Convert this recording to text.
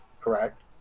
Correct